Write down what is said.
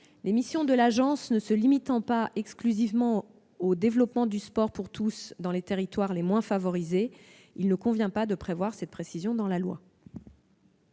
les missions de l'ANS ne se limitant pas exclusivement au développement du sport pour tous dans les territoires les moins favorisés, il ne convient pas d'inscrire cette précision dans la loi.